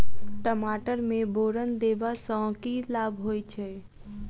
टमाटर मे बोरन देबा सँ की लाभ होइ छैय?